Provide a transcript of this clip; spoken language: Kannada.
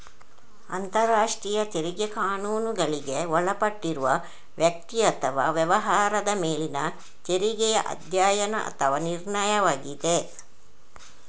ಅಂತರರಾಷ್ಟ್ರೀಯ ತೆರಿಗೆ ಕಾನೂನುಗಳಿಗೆ ಒಳಪಟ್ಟಿರುವ ವ್ಯಕ್ತಿ ಅಥವಾ ವ್ಯವಹಾರದ ಮೇಲಿನ ತೆರಿಗೆಯ ಅಧ್ಯಯನ ಅಥವಾ ನಿರ್ಣಯವಾಗಿದೆ